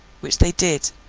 which they did,